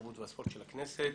התרבות והספורט של הכנסת,